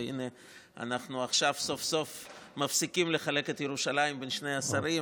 והינה אנחנו עכשיו סוף-סוף מפסיקים לחלק את ירושלים בין שני השרים,